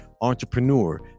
entrepreneur